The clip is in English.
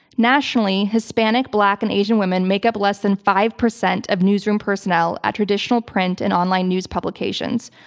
nationally, hispanic, black and asian women make up less than five percent of newsroom personnel at traditional print and online news publications,